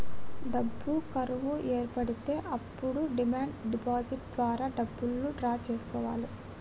డబ్బు కరువు ఏర్పడితే అప్పుడు డిమాండ్ డిపాజిట్ ద్వారా డబ్బులు డ్రా చేసుకోవాలె